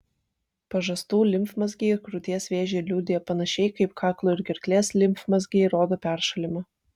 pažastų limfmazgiai krūties vėžį liudija panašiai kaip kaklo ir gerklės limfmazgiai rodo peršalimą